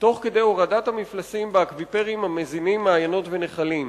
תוך כדי הורדת המפלסים באקוויפרים המזינים מעיינות ונחלים,